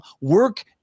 work